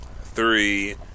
three